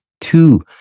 two